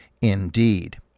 indeed